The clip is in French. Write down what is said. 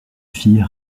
fille